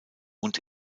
und